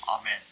Amen